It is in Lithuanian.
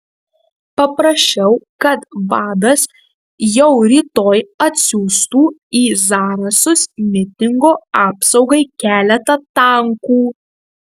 paprašiau kad vadas jau rytoj atsiųstų į zarasus mitingo apsaugai keletą tankų